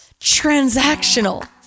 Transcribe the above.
transactional